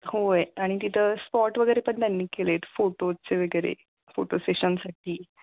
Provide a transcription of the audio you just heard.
होय आणि तिथं स्पॉट वगैरे पण त्यांनी केले आहेत फोटोचे वगैरे फोटो सेशनसाठी